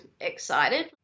excited